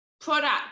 product